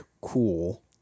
cool